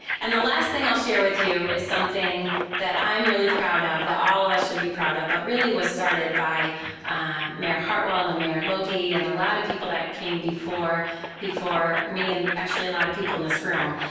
and the last thing i'll share with you is something that i'm really proud of, that all of us should be proud of, but really was started by mayor heartwell and mayor logie and a lotta people that came before before me, and actually a lotta people in this room.